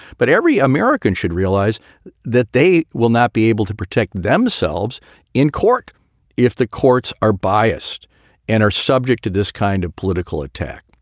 but every american should realize that they will not be able to protect themselves in court if the courts are biased and are subject to this kind of political attack.